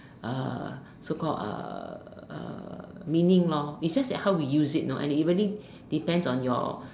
uh so called uh uh meaning lor it's just that how we use it lor and it really depends on your